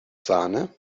sahne